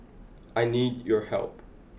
I need your help